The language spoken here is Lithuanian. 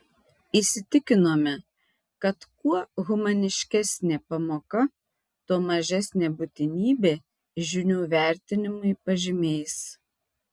įsitikinome kad kuo humaniškesnė pamoka tuo mažesnė būtinybė žinių vertinimui pažymiais